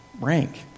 rank